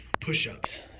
Push-ups